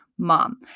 Mom